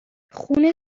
خون